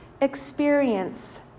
experience